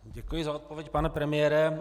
Děkuji za odpověď, pane premiére.